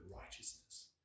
righteousness